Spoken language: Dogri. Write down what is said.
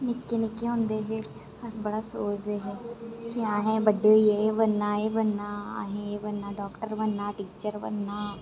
निक्के निक्के होंदे है अस बड़ा सोचदे हे के असें बड्डे होइयै एह् बनना एह् बनना असें डाॅक्टर बनना टीचर बनना